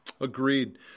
Agreed